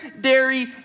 dairy